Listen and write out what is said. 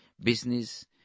business